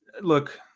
look